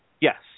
Yes